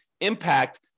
impact